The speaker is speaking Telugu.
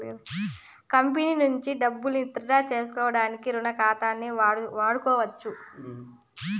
కంపెనీ నుంచి డబ్బుల్ని ఇతిడ్రా సేసుకోడానికి రుణ ఖాతాని వాడుకోవచ్చు